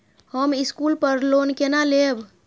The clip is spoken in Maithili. हम स्कूल पर लोन केना लैब?